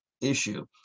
issue